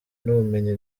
n’ubumenyi